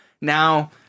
Now